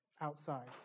outside